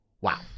Wow